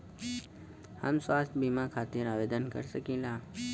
हम स्वास्थ्य बीमा खातिर आवेदन कर सकीला?